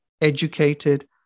educated